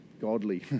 godly